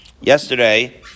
yesterday